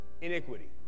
iniquity